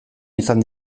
izan